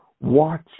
watch